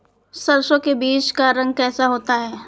सरसों के बीज का रंग कैसा होता है?